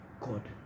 God